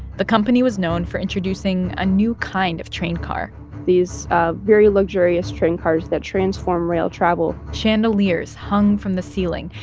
the company was known for introducing a new kind of train car these ah very luxurious train cars that transform rail travel chandeliers hung from the ceiling.